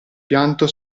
pianto